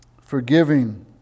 forgiving